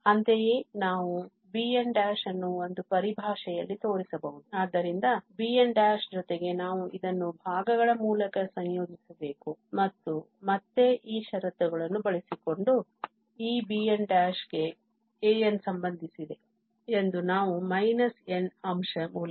ಅಂತೆಯೇ ನಾವು bn ಅನ್ನು ಒಂದು ಪರಿಭಾಷೆಯಲ್ಲಿ ತೋರಿಸಬಹುದು ಆದ್ದರಿಂದ bn ಜೊತೆಗೆ ನಾವು ಇದನ್ನು ಭಾಗಗಳ ಮೂಲಕ ಸಂಯೋಜಿಸಬೇಕು ಮತ್ತು ಮತ್ತೆ ಈ ಷರತ್ತುಗಳನ್ನು ಬಳಸಿಕೊಂಡು ಈ bn ಗೆ an ಸಂಬಂಧಿಸಿದೆ ಎಂದು ನಾವು n ಅಂಶ ಮೂಲಕ